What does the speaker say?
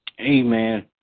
Amen